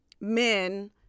men